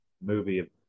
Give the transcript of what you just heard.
movie